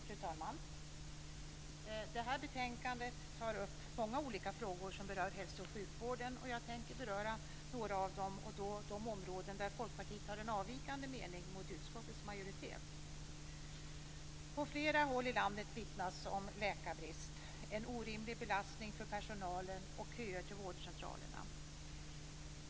Fru talman! Det här betänkadet tar upp många olika frågor som berör hälso och sjukvården. Jag tänker beröra några av dem och då speciellt de områden där Folkpartiet har en avvikande mening mot utskottets majoritet. På flera håll i landet vittnas om läkarbrist, en orimlig belastning för personalen och köer till vårdcentralerna.